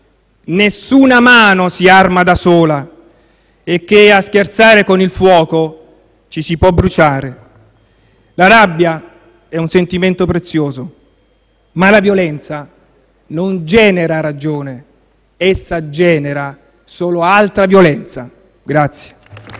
nessuna mano si arma da sola e che a scherzare con il fuoco ci si può bruciare. La rabbia è un sentimento prezioso, ma la violenza non genera ragione: essa genera solo altra violenza.